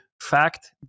fact